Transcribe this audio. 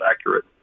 accurate